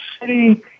city